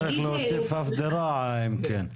אם כן,